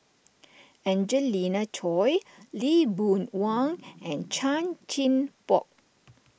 Angelina Choy Lee Boon Wang and Chan Chin Bock